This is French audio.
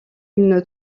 une